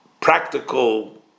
practical